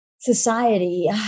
society